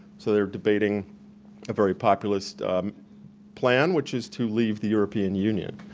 so they're debating a very populist plan, which is to leave the european union.